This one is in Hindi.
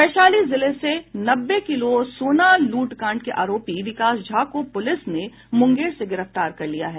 वैशाली जिले से नब्बे किलो सोना लूटकांड के आरोपी विकास झा को पुलिस ने मुंगेर से गिरफ्तार कर लिया है